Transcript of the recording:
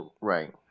right